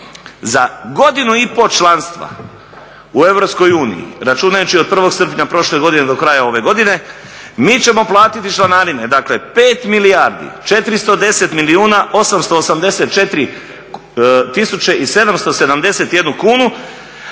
Za godinu i pol članstva u EU računajući od 1. srpnja prošle godine do kraja ove godine mi ćemo platiti članarine, dakle 5 410 884 771 kunu,